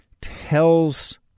tells